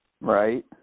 Right